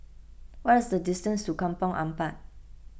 what is the distance to Kampong Ampat